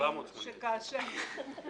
להבין שכאשר